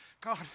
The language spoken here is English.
God